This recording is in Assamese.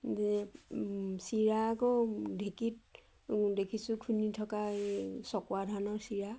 যে চিৰা আকৌ ঢেঁকীত দেখিছোঁ খুন্দি থকা চকুৱা ধানৰ চিৰা